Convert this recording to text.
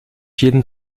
jedem